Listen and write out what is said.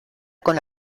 con